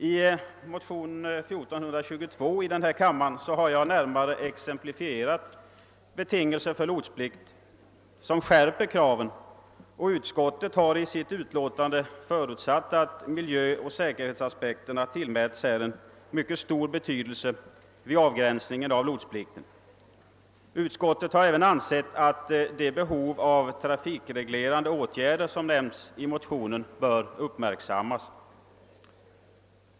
I motion 1422 i denna kammare har jag närmare exemplifierat betingelser för lotsplikt som skärper kraven, och utskottet har i sitt utlåtande förutsatt att miljöoch säkerhetsaspekterna här tillmäts en mycket stor betydelse vid avgränsningen av lotsplikten. Utskottet har även ansett att det behov av trafikreglerande åtgärder som nämnts i motionen bör uppmärksammas.